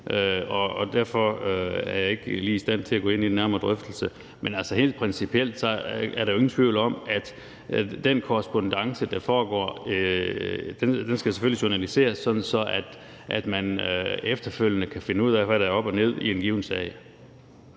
og derfor er jeg ikke lige i stand til at gå ind i en nærmere drøftelse. Men altså, helt principielt er der jo ingen tvivl om, at den korrespondance, der foregår, selvfølgelig skal journaliseres, sådan at man efterfølgende kan finde ud af, hvad der er op og ned i en given sag.